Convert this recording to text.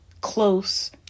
close